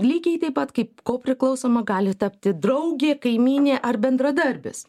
lygiai taip pat kaip ko priklausoma gali tapti draugė kaimynė ar bendradarbis